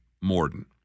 Morden